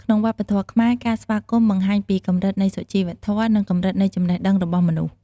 ក្នុងវប្បធម៌ខ្មែរការស្វាគមន៍ បង្ហាញពីកម្រិតនៃសុជីវធម៌ និងកម្រិតនៃចំណេះដឹងរបស់មនុស្ស។